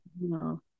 No